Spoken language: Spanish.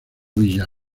villa